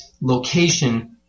location